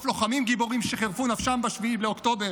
לוחמים גיבורים שחירפו נפשם ב-7 באוקטובר,